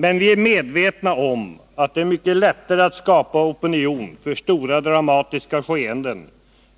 Men vi är medvetna om att det är mycket lättare att skapa opinion för stora dramatiska skeenden